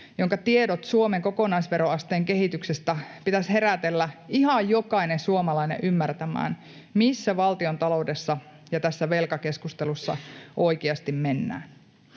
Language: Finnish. jonka tietojen Suomen kokonaisveroasteen kehityksestä pitäisi herätellä ihan jokainen suomalainen ymmärtämään, missä valtiontaloudessa ja tässä velkakeskustelussa oikeasti mennään